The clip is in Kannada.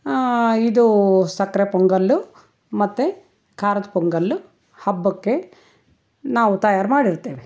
ಇದು ಸಕ್ಕರೆ ಪೊಂಗಲ್ ಮತ್ತು ಖಾರದ ಪೊಂಗಲ್ ಹಬ್ಬಕ್ಕೆ ನಾವು ತಯಾರು ಮಾಡಿರ್ತೇವೆ